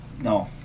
No